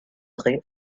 rue